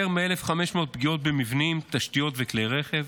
יותר מ-1,500 פגיעות במבנים, תשתיות וכלי רכב.